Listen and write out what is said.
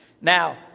Now